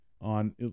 on